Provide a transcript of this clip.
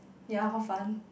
ya for fun